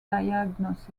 diagnosis